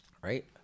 Right